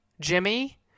Jimmy